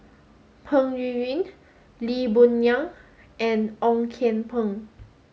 Peng Yuyun Lee Boon Ngan and Ong Kian Peng